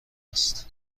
است